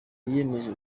yiyemeje